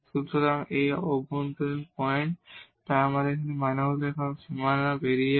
সুতরাং এই interior point তাই এর মানে হল এখন বাউন্ডারি বেরিয়ে যাবে